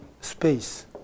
space